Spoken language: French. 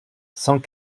cent